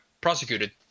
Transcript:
prosecuted